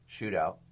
shootout